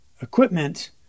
equipment